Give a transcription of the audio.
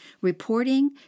reporting